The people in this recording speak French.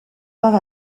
part